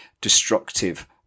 destructive